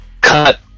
cut